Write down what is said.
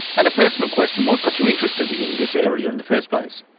and a personal question, what got you interested in this area in the first place?